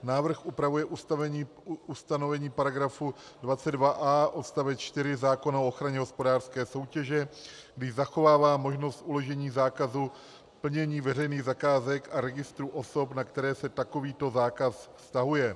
Návrh upravuje ustanovení § 22a odst. 4 zákona o ochraně hospodářské soutěže, když zachovává možnost uložení zákazu plnění veřejných zakázek a registrů osob, na které se takovýto zákaz vztahuje.